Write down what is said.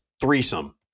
threesome